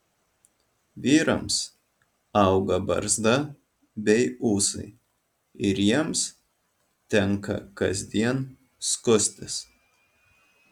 vyrams auga barzda bei ūsai ir jiems tenka kasdien skustis